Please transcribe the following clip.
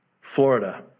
Florida